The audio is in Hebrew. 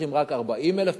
כשצריכים רק 40,000 לשנה.